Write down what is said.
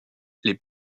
les